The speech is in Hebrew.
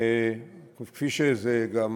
כפי שזה גם